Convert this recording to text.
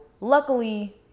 luckily